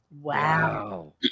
Wow